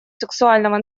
сексуального